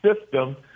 system